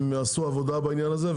הם עשו עבודה בעניין הזה,